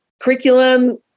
curriculum